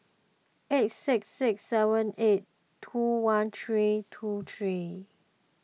eight six six seven eight two one three two three